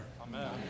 Amen